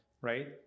right